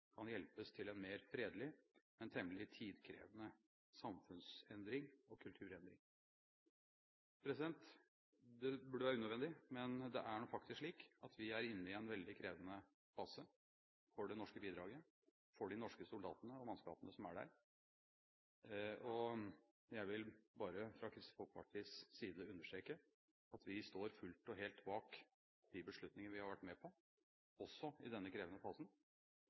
kan hjelpes til en mer fredelig, men temmelig tidkrevende samfunns- og kulturendring. Det burde være unødvendig, men det er faktisk slik at vi er inne i en veldig krevende fase for det norske bidraget, for de norske soldatene og for mannskapene som er der. Jeg vil bare fra Kristelig Folkepartis side understreke at vi står fullt og helt bak de beslutninger vi har vært med på, også i denne krevende fasen,